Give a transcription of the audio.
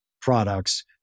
products